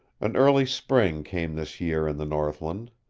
an early spring came this year in the northland.